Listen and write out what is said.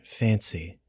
fancy